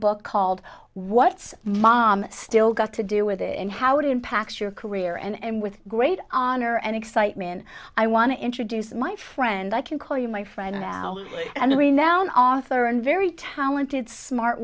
book called what's mom still got to do with it and how it impacts your career and with great honor and excitement i want to introduce my friend i can call you my friend and our and renowned author and very talented smart